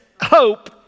hope